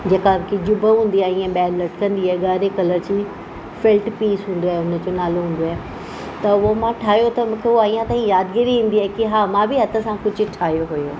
जेका ॼिभ हूंदी आ्हे हीअं ॿाहिरि लटकंदी आहे ॻाड़े कलर जी फिल्ट पीस हूंदो आहे हुन जो नालो हूंदो आहे त उहो मां ठाहियो त मूंखे अञा ताईं उहा यादगीरी ईंदी आहे की हा मां बि हथ सां कुझु ठाहियो हुओ